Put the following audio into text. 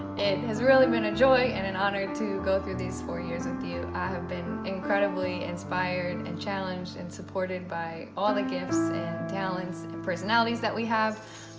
it has really been a joy and an honor to go through these four years with you. i have been incredibly inspired and challenged and supported by all the gifts and talents and personalities that we have.